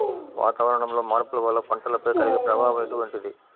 వాతావరణంలో మార్పుల వల్ల పంటలపై కలిగే ప్రభావం ఎటువంటిది?